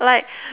like